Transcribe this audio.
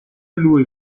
lui